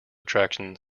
attraction